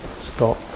stop